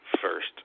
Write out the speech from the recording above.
first